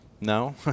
No